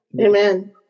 Amen